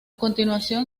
continuación